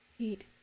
Eight